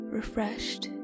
refreshed